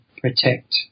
protect